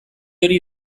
hori